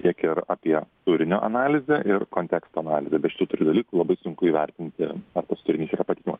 tiek ir apie turinio analizę ir konteksto analizę be šitų trijų dalių labai sunku įvertinti ar tas turinys yra patikimas